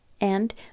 And